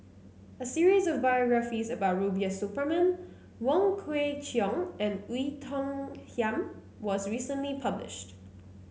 a series of biographies about Rubiah Suparman Wong Kwei Cheong and Oei Tiong Ham was recently published